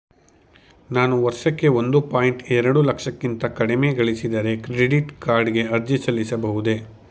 ನಾನು ವರ್ಷಕ್ಕೆ ಒಂದು ಪಾಯಿಂಟ್ ಎರಡು ಲಕ್ಷಕ್ಕಿಂತ ಕಡಿಮೆ ಗಳಿಸಿದರೆ ಕ್ರೆಡಿಟ್ ಕಾರ್ಡ್ ಗೆ ಅರ್ಜಿ ಸಲ್ಲಿಸಬಹುದೇ?